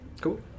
Cool